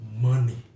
money